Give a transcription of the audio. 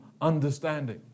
understanding